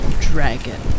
dragon